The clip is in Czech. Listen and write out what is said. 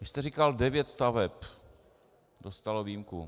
Vy jste říkal devět staveb dostalo výjimku.